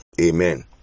Amen